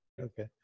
Okay